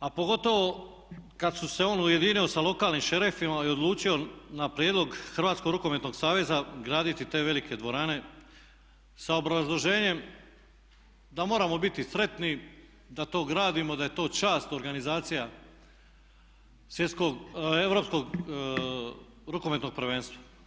a pogotovo kad su se on ujedinio sa lokalnim šerifima i odlučio na prijedlog Hrvatskog rukometnog saveza graditi te velike dvorane sa obrazloženjem da moramo biti sretni da to gradimo, da je to čast organizacija Europskog rukometnog prvenstva.